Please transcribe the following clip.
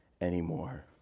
anymore